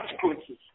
consequences